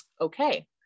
okay